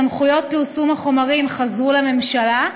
סמכויות פרסום החומרים חזרו לממשלה,